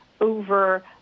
over